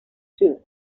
too